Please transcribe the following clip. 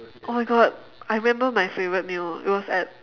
oh my god I remember my favorite meal it was at